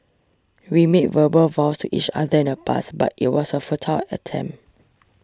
we made verbal vows to each other in the past but it was a futile attempt